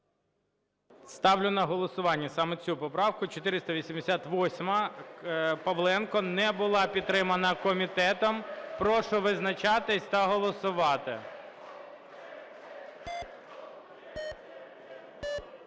Ставлю на голосування саме цю поправку, 488-а Павленка. Не була підтримана комітетом. Прошу визначатися та голосувати.